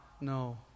No